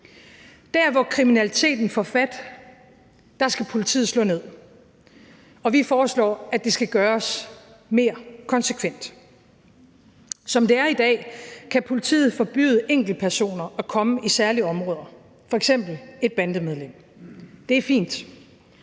Dér, hvor kriminaliteten får fat, skal politiet slå ned, og vi foreslår, at det skal gøres mere konsekvent. Som det er i dag, kan politiet forbyde enkeltpersoner at komme i særlige områder, f.eks. et bandemedlem. Det er fint,